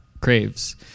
craves